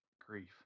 Grief